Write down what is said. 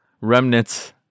remnants